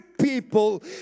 people